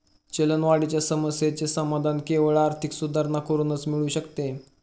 चलनवाढीच्या समस्येचे समाधान केवळ आर्थिक सुधारणा करूनच मिळू शकते